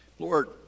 Lord